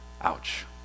Ouch